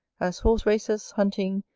as horse-races, hunting,